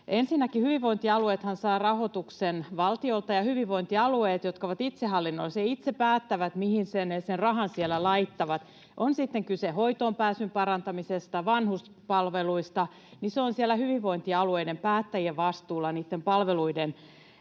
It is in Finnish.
Ensinnäkin, hyvinvointialueethan saavat rahoituksen valtiolta, ja hyvinvointialueet, jotka ovat itsehallinnollisia, itse päättävät, mihin sen rahan siellä laittavat. On sitten kyse hoitoonpääsyn parantamisesta, vanhuspalveluista, niin siellä hyvinvointialueiden päättäjien vastuulla on niitten palveluiden